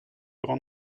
grand